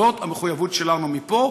זאת המחויבות שלנו מפה,